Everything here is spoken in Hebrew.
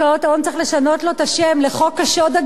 צריך לשנות לו את השם לחוק השוד הגדול,